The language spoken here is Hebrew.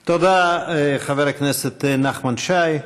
תודה, חבר הכנסת נחמן שי.